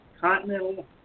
continental